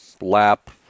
lap